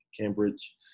Cambridge